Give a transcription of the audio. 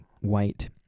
white